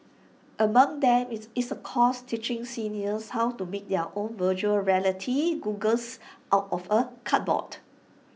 among them is is A course teaching seniors how to make their own Virtual Reality goggles out of A cardboard